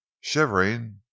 Shivering